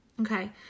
Okay